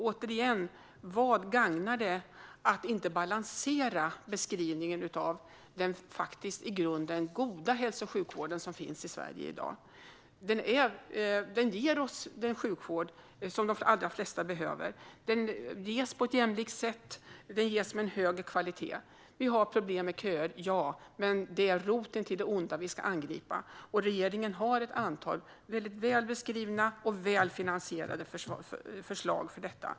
Återigen - vem gagnar det att inte balansera beskrivningen av den i grunden goda hälso och sjukvård som finns i Sverige i dag? Den ger oss den sjukvård som de allra flesta behöver. Den ges på ett jämlikt sätt och med hög kvalitet. Vi har problem med köer - ja. Men det är roten till det onda vi ska angripa. Och regeringen har ett antal väl beskrivna och väl finansierade förslag för det.